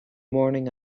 morning